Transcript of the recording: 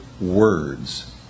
words